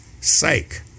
sake